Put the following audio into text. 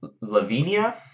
Lavinia